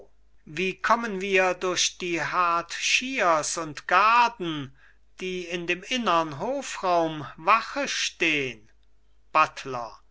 wie kommen wir durch die hartschiers und garden die in dem innern hofraum wache stehn buttler